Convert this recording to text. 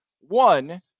One